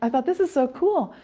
um but this is so cool!